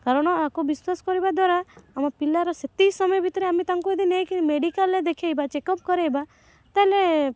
କାରଣ ଆକୁ ବିଶ୍ୱାସ କରିବା ଦ୍ୱାରା ଆମ ପିଲାର ସେତିକି ସମୟ ଭିତରେ ଆମେ ତାଙ୍କୁ ଯଦି ନେଇକି ମେଡ଼ିକାଲ୍ରେ ଦେଖାଇବା ଚେକ୍ଅପ୍ କରାଇବା ତାହେଲେ